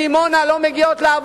שהן מדימונה, לא מגיעות לעבודה?